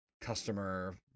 Customer